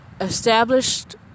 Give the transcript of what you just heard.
established